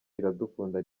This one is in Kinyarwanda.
iradukunda